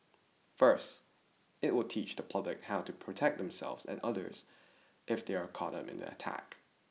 first it will teach the public how to protect themselves and others if they are caught up in an attack